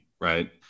right